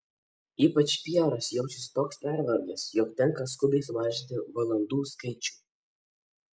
ypač pjeras jaučiasi toks pervargęs jog tenka skubiai sumažinti valandų skaičių